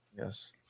yes